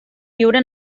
viure